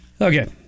Okay